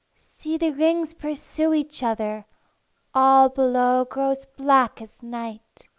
see the rings pursue each other all below grows black as night,